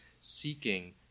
seeking